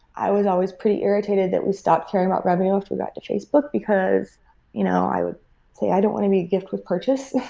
i was always pretty irritated that we stopped caring about revenue after we got to facebook, because you know i would say, i don't want to be a gift with purchase.